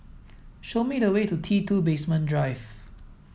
show me the way to T two Basement Drive